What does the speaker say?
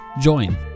join